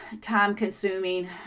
time-consuming